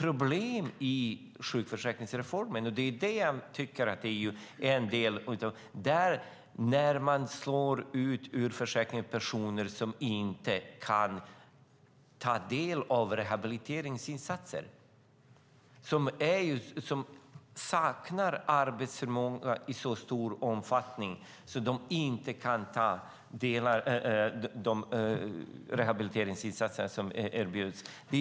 Problemet med sjukförsäkringsreformen är att personer som saknar arbetsförmåga i så stor omfattning att de inte kan ta del av de rehabiliteringsinsatser som erbjuds slås ut ur försäkringen.